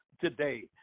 today